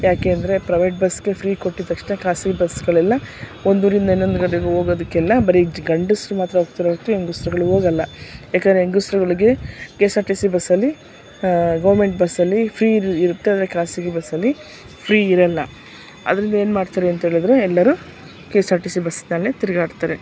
ಯಾಕೆ ಅಂದರೆ ಪ್ರೈವೇಟ್ ಬಸ್ಸಿಗೆ ಫ್ರೀ ಕೊಟ್ಟಿದ್ದ ತಕ್ಷಣ ಖಾಸಗಿ ಬಸ್ಸುಗಳೆಲ್ಲ ಒಂದೂರಿಂದ ಇನ್ನೊಂದೂರಿಗೆ ಹೋಗೋದಕ್ಕೆಲ್ಲ ಬರೀ ಗಂಡಸ್ರು ಮಾತ್ರ ಹೋಗ್ತಾರೆ ಹೊರ್ತು ಹೆಂಗಸ್ರುಗಳು ಹೋಗೋಲ್ಲ ಯಾಕೆಂದರೆ ಹೆಂಗಸ್ರುಗಳಿಗೆ K S R T C ಬಸ್ಸಲ್ಲಿ ಗೌರ್ಮೆಂಟ್ ಬಸ್ಸಲ್ಲಿ ಫ್ರೀ ಇರು ಇರ್ತದೆ ಖಾಸಗಿ ಬಸ್ಸಲ್ಲಿ ಫ್ರೀ ಇರೋಲ್ಲ ಆದ್ದರಿಂದ ಏನ್ಮಾಡ್ತಾರಂಥೇಳಿದ್ರೆ ಎಲ್ಲರೂ K S R T C ಬಸ್ಸಿನಲ್ಲೇ ತಿರುಗಾಡ್ತಾರೆ